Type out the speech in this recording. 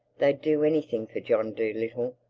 they'd do anything for john dolittle.